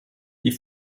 die